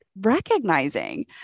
recognizing